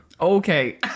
Okay